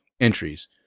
entries